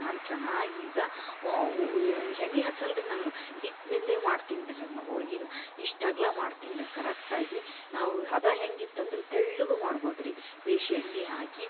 ನಾನು ಚೆನ್ನಾಗಿ ಈಗ ಎಣ್ಣೆ ಹಚ್ಚಲ್ಲ ರೀ ನಾನು ಹಿಟ್ಟಿನಲ್ಲೇ ಮಾಡ್ತೀನಿ ರೀ ಅದನ್ನ ಹೋಳ್ಗಿನ ಇಷ್ಟು ಅಗಲ ಮಾಡ್ತೀನಿ ರೀ ಕರೆಕ್ಟಾಗಿ ನಾವು ಹದ ಹೆಂಗಿತ್ತಂದರೆ ತೆಳ್ಳಗೆ ಮಾಡ್ಬೋದು ರೀ ಭೇಷ್ ಎಣ್ಣೆ ಹಾಕಿ